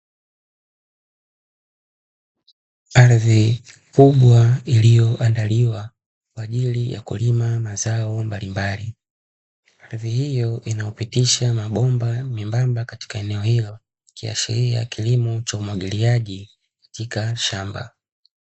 Ardhi kubwa iliyoandaliwa kwa ajili ya kulima mazao mbalimbali. Ardhi hiyo inayopitisha mambomba membamba katika eneo hilo, ikiashiria kilimo cha umwagiliaji katika shamba.